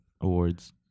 Awards